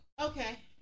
Okay